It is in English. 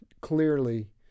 clearly